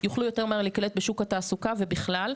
יוכלו יותר מהר להיקלט בשוק התעסוקה ובכלל,